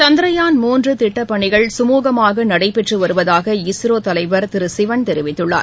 சந்த்ரயான் முன்று திட்டப்பணிகள் சுமுகமாக நடைபெற்று வருவதாக இஸ்ரோ தலைவர் திரு சிவன் கெரிவித்குள்ளார்